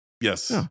Yes